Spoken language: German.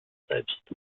selbst